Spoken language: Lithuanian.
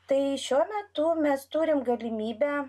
tai šiuo metu mes turim galimybę